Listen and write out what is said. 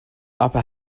upper